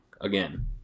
again